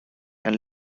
and